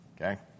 Okay